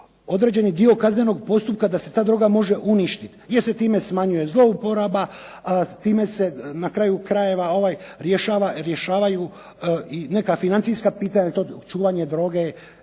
određeni dio kaznenog postupka da se ta droga može uništiti jer se time smanjuje zlouporaba, time se na kraju krajeva rješavaju i neka financijska pitanja, to čuvanje droge